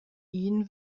ihn